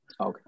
Okay